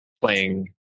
playing